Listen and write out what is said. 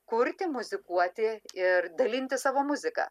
kurti muzikuoti ir dalintis savo muzika